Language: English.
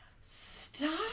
stop